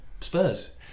Spurs